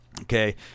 okay